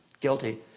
Guilty